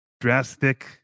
drastic